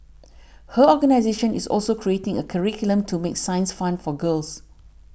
her organisation is also creating a curriculum to make science fun for girls